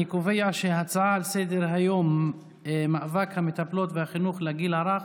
אני קובע שההצעה לסדר-היום בנושא: מאבק המטפלות והחינוך לגיל הרך